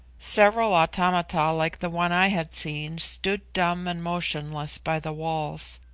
several automata, like the one i had seen, stood dumb and motionless by the walls.